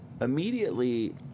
Immediately